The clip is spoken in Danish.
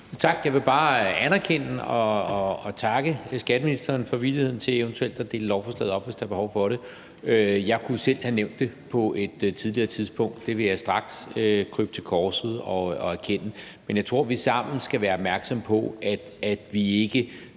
Tak. Jeg vil bare takke skatteministeren for villigheden til eventuelt at dele lovforslaget op, hvis der er behov for det. Det vil jeg gerne anerkende. Jeg kunne selv have nævnt det på et tidligere tidspunkt. Det vil jeg straks krybe til korset og erkende. Men jeg tror, at vi sammen skal være opmærksomme på, at vi ikke